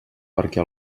perquè